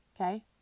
Okay